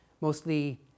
mostly